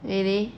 really